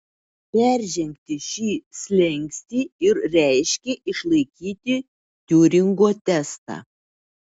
peržengti šį slenkstį ir reiškė išlaikyti tiuringo testą